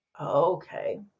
Okay